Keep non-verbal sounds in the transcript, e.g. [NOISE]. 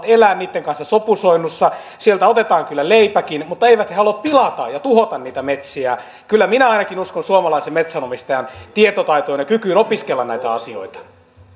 [UNINTELLIGIBLE] elää niitten kanssa sopusoinnussa sieltä otetaan kyllä leipäkin mutta eivät he halua pilata ja tuhota niitä metsiä kyllä minä ainakin uskon suomalaisen metsänomistajan tietotaitoon ja kykyyn opiskella näitä asioita